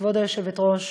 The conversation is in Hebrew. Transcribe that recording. כבוד היושבת-ראש,